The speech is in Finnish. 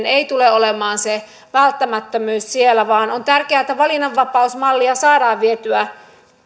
ei tule olemaan välttämättömyys vaan on tärkeää että valinnanvapausmallia saadaan vietyä